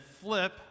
flip